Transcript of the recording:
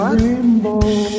rainbow